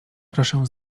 proszę